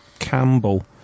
Campbell